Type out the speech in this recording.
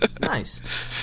Nice